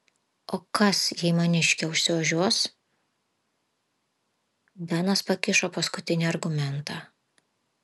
o kas jei maniškė užsiožiuos benas pakišo paskutinį argumentą